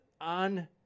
on